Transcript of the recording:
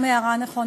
גם זו הערה נכונה.